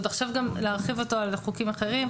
אז עכשיו גם להרחיב אותו על חוקים אחרים?